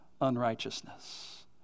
unrighteousness